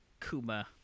Kuma